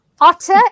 Otter